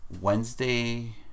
Wednesday